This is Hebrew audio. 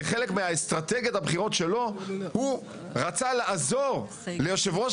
כחלק מאסטרטגיית הבחירות שלו הוא רצה לעזור ליושב ראש